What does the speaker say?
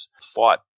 fought